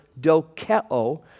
dokeo